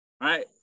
right